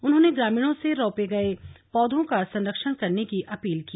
उन्होंने ग्रामीणों से रोपे गए पौधों का संरक्षण करने की अपील की